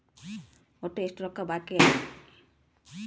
ಒಟ್ಟು ಎಷ್ಟು ರೊಕ್ಕ ಬಾಕಿ ಐತಿ?